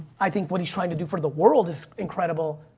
i think what he's trying to do for the world is incredible,